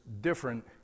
different